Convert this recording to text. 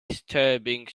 disturbing